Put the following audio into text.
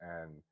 and-